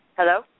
Hello